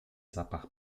zapach